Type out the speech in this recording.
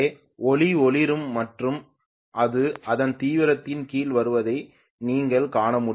எனவே ஒளி ஒளிரும் மற்றும் அது அதன் தீவிரத்தில் கீழே வருவதை நீங்கள் காண முடியும்